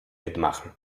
mitmachen